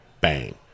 bang